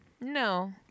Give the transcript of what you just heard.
No